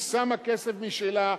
היא שמה כסף משלה,